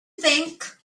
think